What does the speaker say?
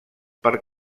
per